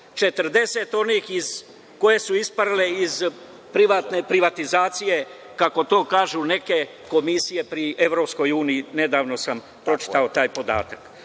40 onih koje su isparile iz privatne privatizacije, kako to kažu neke komisije pri EU, nedavno sam pročitao taj podatak. Upravo